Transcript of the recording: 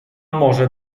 może